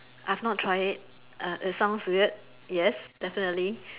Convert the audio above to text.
I've not tried it uh it sounds weird yes definitely